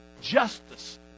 justice